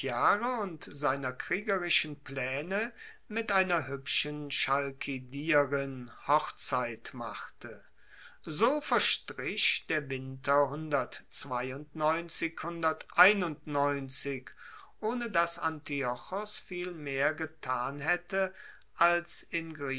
und seiner kriegerischen plaene mit einer huebschen chalkidierin hochzeit machte so verstrich der winter ohne dass antiochos viel mehr getan haette als